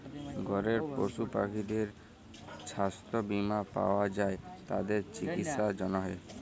ঘরের পশু পাখিদের ছাস্থ বীমা পাওয়া যায় তাদের চিকিসার জনহে